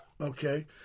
Okay